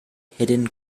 hidden